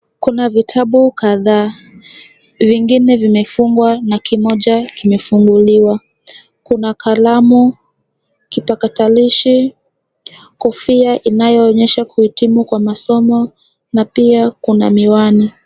Kuna vitabu kadhaa vingine, vimefungwa na kimoja kimefunguliwa. Kuna kalamu, kipatakilishi, kofia inayoonyesha kuhitimu kwa masomo na pia kuna miwani.